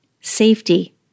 safety